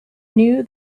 knew